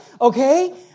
Okay